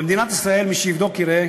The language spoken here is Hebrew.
במדינת ישראל, מי שיבדוק יראה